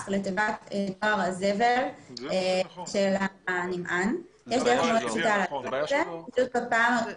לתיבת דואר הזבל של הנמען ויש דרך פשוטה לעשות זאת.